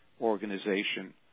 organization